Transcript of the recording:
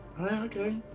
Okay